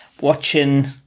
Watching